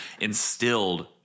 instilled